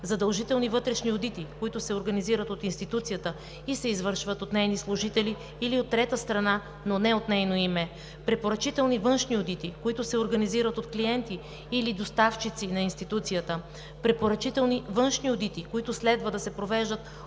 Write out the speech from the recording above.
задължителни вътрешни одити, които се организират от институцията и се извършват от нейни служители или от трета страна, но не от нейно име; препоръчителни външни одити, които се организират от клиенти или доставчици на институцията; препоръчителни външни одити, които следва да се провеждат